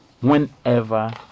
whenever